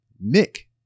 Nick